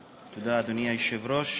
תודה, אדוני היושב-ראש.